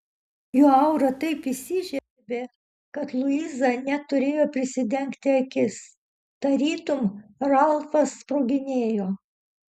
jo aura taip įsižiebė kad luiza net turėjo prisidengti akis tarytum ralfas sproginėjo